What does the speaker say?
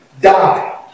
die